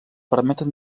permeten